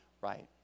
right